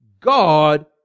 God